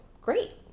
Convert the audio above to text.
great